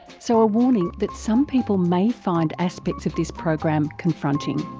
so a warning that some people may find aspects of this program confronting.